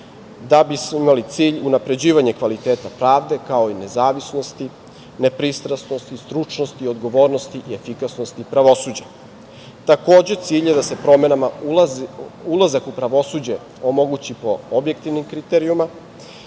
da bismo imali cilj, unapređivanje kvaliteta pravde, kao i nezavisnosti, nepristrasnosti, stručnosti, odgovornosti i efikasnosti pravosuđa. Takođe, cilj je da se promenama ulazak u pravosuđe omoguće po objektivnim kriterijumima,